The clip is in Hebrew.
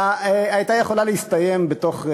הייתה יכולה להסתיים בתוך,